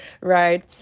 right